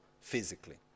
physically